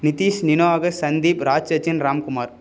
நித்திஷ் சந்திப் ராட்சச்சன் ராம்குமார்